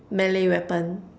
melee weapon